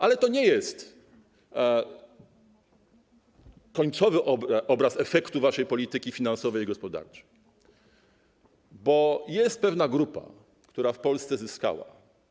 Ale to nie jest końcowy obraz efektu waszej polityki finansowej i gospodarczej, bo jest pewna grupa, która w Polsce zyskała.